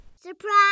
Surprise